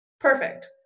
Perfect